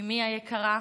אימי היקרה,